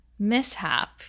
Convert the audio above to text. mishap